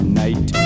night